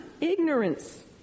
ignorance